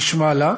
נשמע אותה,